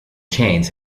chains